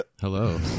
Hello